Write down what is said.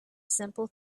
simple